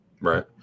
Right